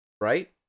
Right